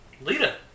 Lita